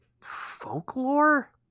folklore